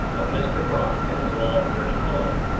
of mr. brock and his long journey home,